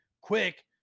quick